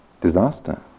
disaster